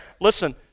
listen